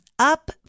Up